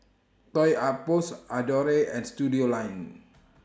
Toy Outpost Adore and Studioline